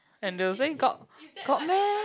and they were saying got got meh